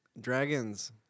Dragons